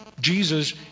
Jesus